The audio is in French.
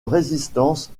résistance